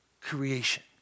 creation